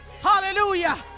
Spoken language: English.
Hallelujah